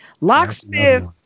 locksmith